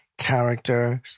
Characters